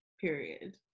period